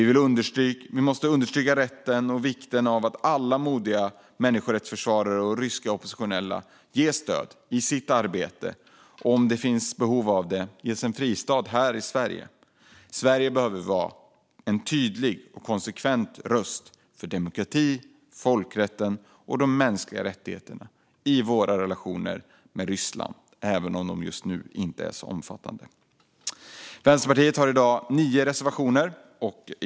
Vi måste understryka vikten av att alla modiga människorättsförsvarare och ryska oppositionella ges stöd i sitt arbete och, om det finns behov, ges en fristad här i Sverige. Sverige behöver vara en tydlig och konsekvent röst för demokrati, folkrätten och de mänskliga rättigheterna i våra relationer med Ryssland, även om de just nu inte är så omfattande. Vänsterpartiet har i dag nio reservationer.